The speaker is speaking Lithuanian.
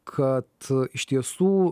kad iš tiesų